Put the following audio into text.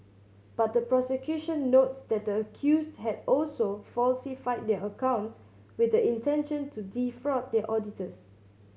but the prosecution notes that the accused had also falsified their accounts with the intention to defraud their auditors